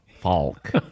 Falk